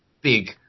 big